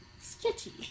Sketchy